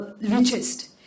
richest